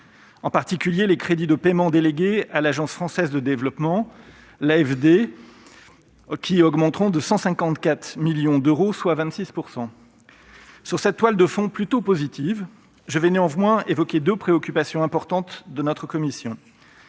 En particulier, les crédits de paiement attribués à l'Agence française de développement, l'AFD, augmenteront de 154 millions d'euros, soit de 26 %. Sur cette toile de fond plutôt positive, j'évoquerai néanmoins deux préoccupations importantes de notre commission.